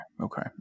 okay